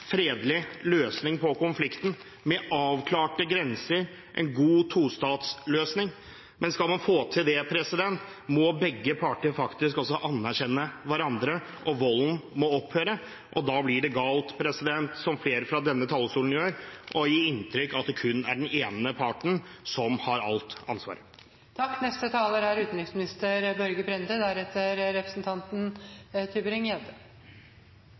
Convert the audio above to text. fredelig løsning på konflikten, med avklarte grenser, en god tostatsløsning. Men skal man få til det, må begge parter faktisk også anerkjenne hverandre, og volden må opphøre. Og da blir det galt, som flere fra denne talerstolen gjør, å gi inntrykk av at det kun er den ene parten som har alt